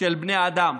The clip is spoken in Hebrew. של בני האדם.